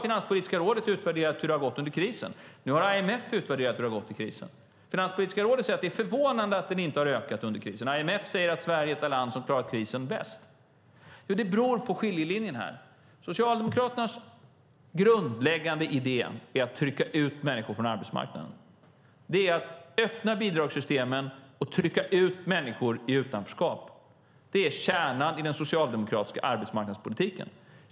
Finanspolitiska rådet och IMF har utvärderat hur det har gått under krisen. Finanspolitiska rådet säger att det är förvånande att den inte har ökat under krisen. IMF säger att Sverige är det land som har klarat krisen bäst. Här finns en skiljelinje. Socialdemokraternas grundläggande idé är att trycka ut människor från arbetsmarknaden. Det är att öppna bidragssystemen och trycka ut människor i utanförskap. Det är kärnan i den socialdemokratiska arbetsmarknadspolitiken.